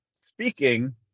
Speaking